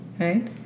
right